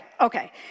Okay